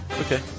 Okay